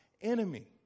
enemy